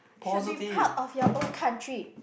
should be proud of your country